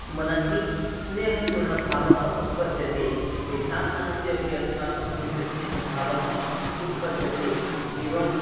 मनसि स्नेहपूर्णभावः उत्पद्यते तेषां मनसि अपि अस्माकं कृते स्नेहभावः उत्पद्यते एवम्